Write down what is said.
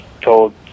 told